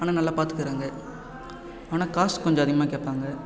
ஆனால் நல்லா பார்த்துக்குறாங்க ஆனால் காசு கொஞ்சம் அதிகமாக கேட்பாங்க